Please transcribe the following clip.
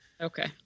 Okay